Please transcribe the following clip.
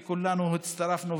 וכולנו הצטרפנו,